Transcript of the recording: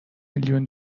میلیون